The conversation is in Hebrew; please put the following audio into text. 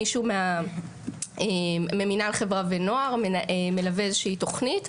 מישהו ממינהל חברה ונוער מלווה איזושהי תוכנית,